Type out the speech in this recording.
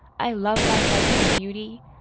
i love thy budsome beauty.